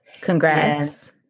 Congrats